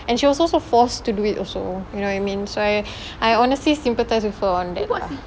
and she was also forced to do it also you know what I mean that's why I honestly sympathise with her on that lah